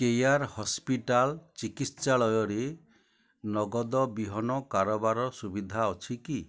care hospital ଚିକିତ୍ସାଳୟରେ ନଗଦ ବିହନ କାରବାର ସୁବିଧା ଅଛି କି